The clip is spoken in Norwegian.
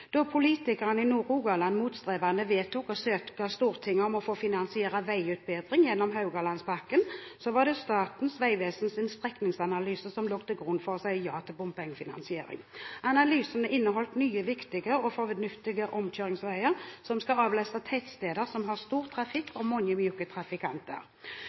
Da politikerne i Nord-Rogaland motstrebende vedtok å søke Stortinget om å få finansiere veiutbedring gjennom Haugalandspakken, var det Statens vegvesens strekningsanalyse som lå til grunn for å si ja til bompengefinansiering. Analysen inneholdt nye, viktige og fornuftige omkjøringsveier som skulle avlaste tettsteder som har stor trafikk